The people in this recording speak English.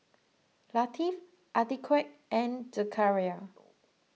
Latif Atiqah and Zakaria